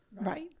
right